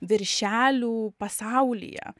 viršelių pasaulyje